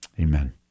Amen